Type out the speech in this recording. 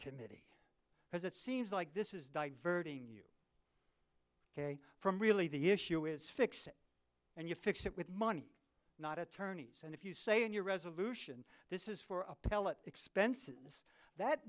committee because it seems like this is diverting you ok from really the issue is fix it and you fix it with money not attorneys and if you say in your resolution this is for appellate expenses that